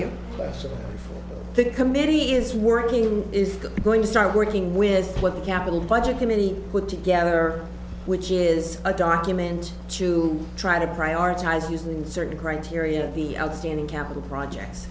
yes the committee is working is going to start working with what the capital budget committee put together which is a document to try to prioritize using certain criteria the outstanding capital projects